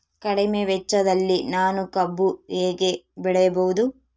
ಕಡಿಮೆ ವೆಚ್ಚದಲ್ಲಿ ನಾನು ಕಬ್ಬು ಹೇಗೆ ಬೆಳೆಯಬಹುದು?